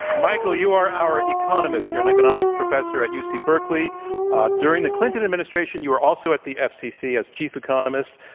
michael, you are our economist. you're an economics professor at uc-berkeley. ah during the clinton administration, you were also at the fcc as chief economist.